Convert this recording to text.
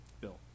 Bill